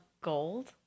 gold